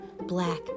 black